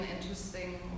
interesting